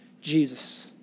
Jesus